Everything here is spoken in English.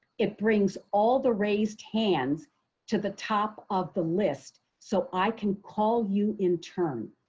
it brings all the raised hands to the top of the list so i can call you in turn.